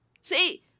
See